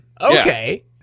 Okay